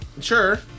Sure